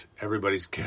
Everybody's